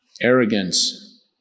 arrogance